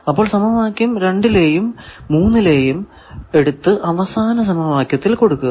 അപ്പോൾ സമവാക്യം 2 ലെയും 3 ലെയും എടുത്തു അവസാന സമവാക്യത്തിൽ കൊടുക്കുക